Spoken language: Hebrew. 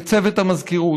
לצוות המזכירות.